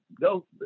go